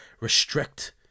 restrict